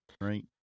Right